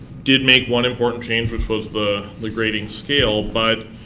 did make one important change, which was the the grading scale. but